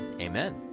Amen